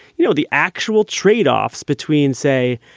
you know, the actual trade offs between, say,